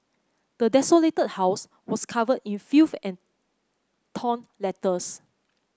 the desolated house was covered in filth and torn letters